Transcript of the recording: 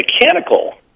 mechanical